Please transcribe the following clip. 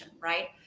right